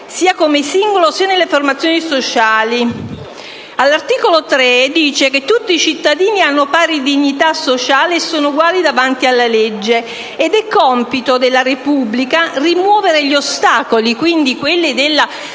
sia come singolo, sia nelle formazioni sociali...». All'articolo 3 è previsto che «Tutti i cittadini hanno pari dignità sociale e sono uguali davanti alla legge...» e che «È compito della Repubblica rimuovere gli ostacoli» - e la